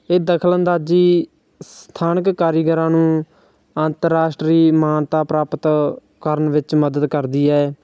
ਇਹ ਦਖਲ ਅੰਦਾਜ਼ੀ ਸਥਾਨਕ ਕਾਰੀਗਰਾਂ ਨੂੰ ਅੰਤਰਰਾਸ਼ਟਰੀ ਮਾਨਤਾ ਪ੍ਰਾਪਤ ਕਰਨ ਵਿੱਚ ਮਦਦ ਕਰਦੀ ਹੈ